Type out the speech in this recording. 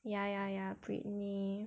ya ya ya britney